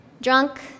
Drunk